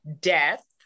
death